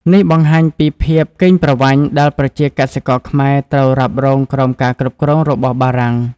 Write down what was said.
នេះបង្ហាញពីភាពកេងប្រវ័ញ្ចដែលប្រជាកសិករខ្មែរត្រូវរ៉ាប់រងក្រោមការគ្រប់គ្រងរបស់បារាំង។